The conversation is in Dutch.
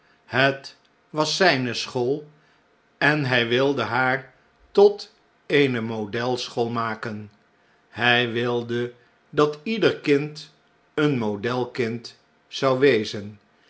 het was zijne school en hij wilde haar tot eene model school maken hij wilde dat ieder kind een model kind zou wezen